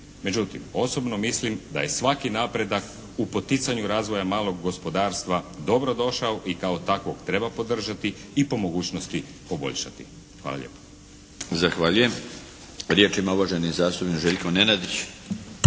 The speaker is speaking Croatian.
Međutim, osobno mislim da je svaki napredak u poticanju razvoja malog gospodarstva dobro došao i kao takvog treba podržati i po mogućnosti poboljšati. Hvala lijepo. **Milinović, Darko (HDZ)** Zahvaljujem. Riječ ima uvaženi zastupnik Željko Nenadić.